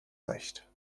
recht